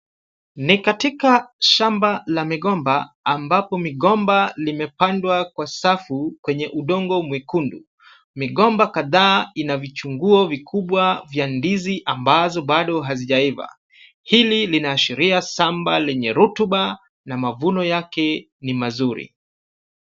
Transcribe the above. Ni katika shamba la migomba ambapo migomba imepandwa kwa safu kwenye udongo mwekundu. Migomba kadhaa ina vichunguo vikubwa vya ndizi ambazo bado hazijaiva. Hili linaashiria shamba lenye rotuba na mavuno yake ni mazuri.